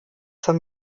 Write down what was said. zur